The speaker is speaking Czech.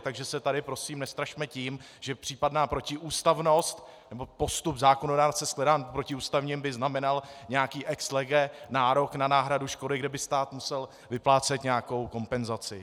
Takže se tady prosím nestrašme tím, že případná protiústavnost nebo postup zákonodárce shledaný protiústavním by znamenal nějaký ex lege nárok na náhradu škody, kde by stát musel vyplácet nějakou kompenzaci.